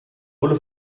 ole